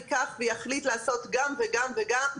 ייקח ויחליט לעשות גם וגם וגם.